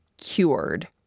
cured